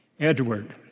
Edward